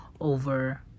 over